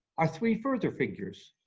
are three further figures.